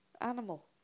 animal